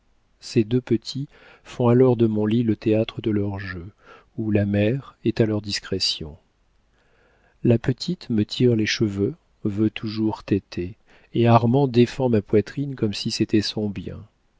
ces deux petits font alors de mon lit le théâtre de leurs jeux où la mère est à leur discrétion la petite me tire les cheveux veut toujours teter et armand défend ma poitrine comme si c'était son bien